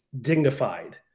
dignified